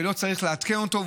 שלא צריך לעדכן אותו,